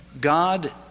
God